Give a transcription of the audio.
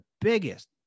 biggest